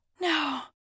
No